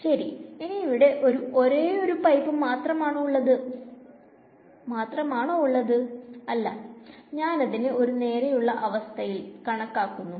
ശെരി ഇനി ഇവിടെ ഈ ഒരേ ഒരു പൈപ്പ് മാത്രമാണ് ഉള്ളത് മാത്രമല്ല ഞാൻ ഇതിനെ ഒരു നേരെയുള്ള അവസ്ഥയിൽ കണക്കാക്കുന്നു